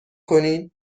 کنین